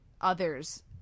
others